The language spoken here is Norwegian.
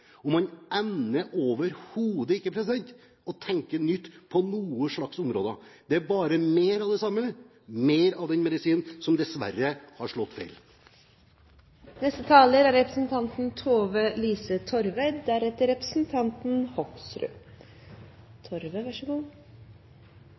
Man ender overhodet ikke med å tenke nytt på noen områder. Det er bare mer av det samme – mer av den medisinen som dessverre har slått